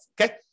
Okay